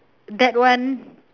that one